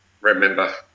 remember